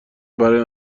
برای